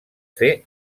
fer